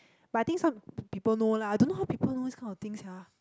but I think some people know lah I don't know how people know this kind of thing sia